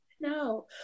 No